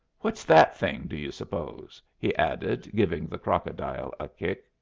what's that thing, do you suppose? he added, giving the crocodile a kick.